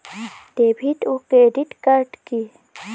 David ও credit card কি?